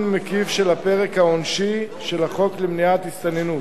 מקיף של הפרק העונשי של החוק למניעת הסתננות.